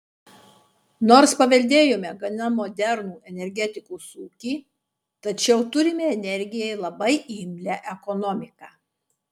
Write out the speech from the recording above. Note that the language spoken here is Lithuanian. nors paveldėjome gana modernų energetikos ūkį tačiau turime energijai labai imlią ekonomiką